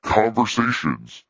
conversations